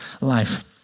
life